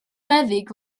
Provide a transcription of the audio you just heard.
meddyg